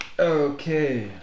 Okay